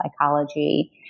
psychology